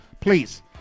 please